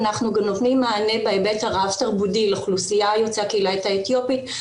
אנחנו גם נותנים מענה בהיבט הרב תרבותי לאוכלוסיית הקהילה האתיופית,